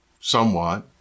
somewhat